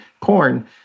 corn